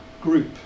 group